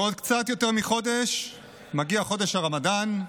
בעוד קצת יותר מחודש מגיע חודש הרמדאן,